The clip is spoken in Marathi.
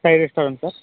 काय रेस्टॉरंटचा